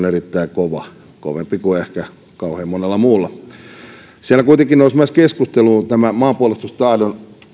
erittäin kova kovempi kuin ehkä kauhean monella muulla myös siellä kuitenkin nousi keskusteluun tämä maanpuolustustahdon